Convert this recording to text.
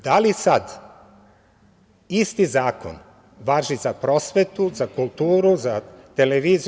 Da li sada isti zakon važi za prosvetu, za kulturu, za televiziju?